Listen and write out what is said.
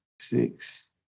six